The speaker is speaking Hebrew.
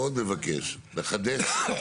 ואם מסתכלים על אירופה,